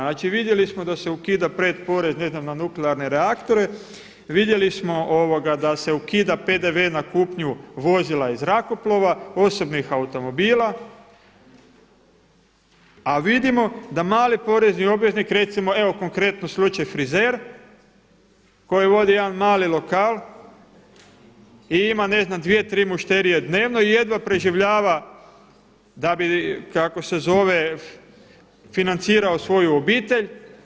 Znači vidjeli smo da se ukida pred porez ne znam na nuklearne reaktore, vidjeli smo da se ukida PDV na kupnju vozila i zrakoplova, osobnih automobila a vidimo da mali porezni obveznik recimo evo konkretno slučaj frizer koji vodi jedan mali lokal i ima ne znam dvije, tri mušterije dnevno jedva preživljava da bi kako se zove financirao svoju obitelj.